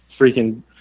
freaking